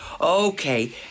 Okay